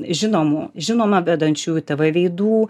žinomų žinoma vedančių tv veidų